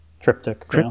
Triptych